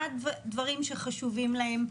מה הדברים שחשובים להם.